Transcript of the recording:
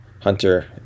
Hunter